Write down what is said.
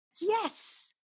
Yes